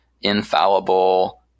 infallible